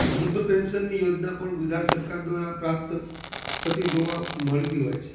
વૃદ્ધ પેન્શનની યોજના પણ ગુજરાત સરકાર દ્વારા પ્રાપ્ત થતી જોવા મળતી હોય છે